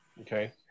okay